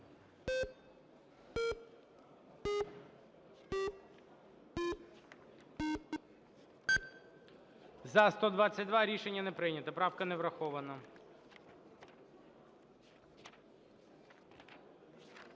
За-122 Рішення не прийнято, правка не врахована.